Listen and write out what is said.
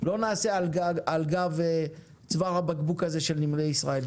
לא נעשה על גב צוואר הבקבוק הזה של נמלי ישראל.